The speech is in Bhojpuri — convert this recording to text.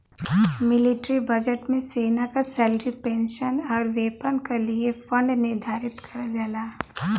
मिलिट्री बजट में सेना क सैलरी पेंशन आउर वेपन क लिए फण्ड निर्धारित करल जाला